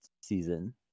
season